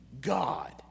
God